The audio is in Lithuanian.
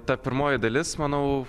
ta pirmoji dalis manau